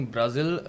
Brazil